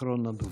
אחרון הדוברים.